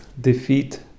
defeat